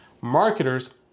Marketers